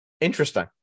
Interesting